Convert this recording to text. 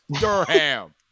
Durham